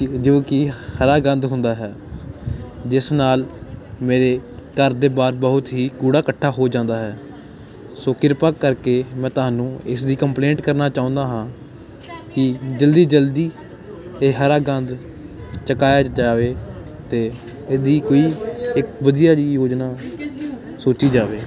ਜੋ ਕਿ ਹਰਾ ਗੰਦ ਹੁੰਦਾ ਹੈ ਜਿਸ ਨਾਲ ਮੇਰੇ ਘਰ ਦੇ ਬਾਹਰ ਬਹੁਤ ਹੀ ਕੂੜਾ ਇਕੱਠਾ ਹੋ ਜਾਂਦਾ ਹੈ ਸੋ ਕਿਰਪਾ ਕਰਕੇ ਮੈਂ ਤੁਹਾਨੂੰ ਇਸ ਦੀ ਕੰਪਲੇਂਟ ਕਰਨਾ ਚਾਹੁੰਦਾ ਹਾਂ ਕਿ ਜਲਦੀ ਜਲਦੀ ਇਹ ਹਰਾ ਗੰਦ ਚਕਾਇਆ ਜਾਵੇ ਅਤੇ ਇਹਦੀ ਕੋਈ ਵਧੀਆ ਜੀ ਯੋਜਨਾ ਸੋਚੀ ਜਾਵੇ